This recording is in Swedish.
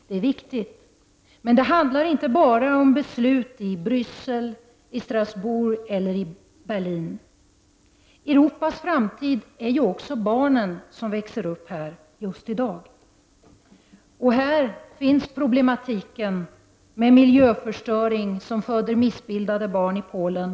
Det är viktigt, men det handlar inte bara om beslut i Bryssel, i Strasbourg eller i Berlin. Europas framtid handlar också om barn som växer upp just i dag. Här finns problem med miljöförstöring som leder till att missbildade barn föds i Polen.